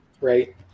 Right